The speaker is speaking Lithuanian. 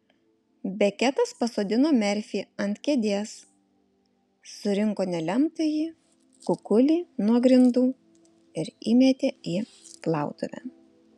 beketas pasodino merfį ant kėdės surinko nelemtąjį kukulį nuo grindų ir įmetė į plautuvę